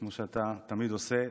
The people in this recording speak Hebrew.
כמו שאתה תמיד עושה.